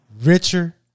Richer